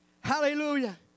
hallelujah